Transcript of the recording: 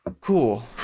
Cool